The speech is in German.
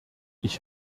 ich